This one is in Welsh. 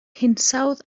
hinsawdd